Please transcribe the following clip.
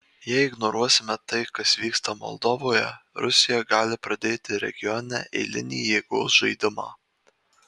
jei ignoruosime tai kas vyksta moldovoje rusija gali pradėti regione eilinį jėgos žaidimą